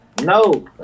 No